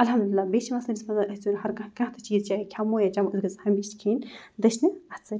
الحمدُاللہ بیٚیہِ چھِ یِوان سٲنِس منٛز أسۍ زَن ہَرکانٛہہ کانٛہہ تہِ چیٖز چاہے کھٮ۪مو یا چَمو تیٚلہِ گٔژھ ہمیشہِ کھٮ۪نۍ دٔچھنہِ اَتھٕ سۭتۍ